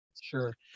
Sure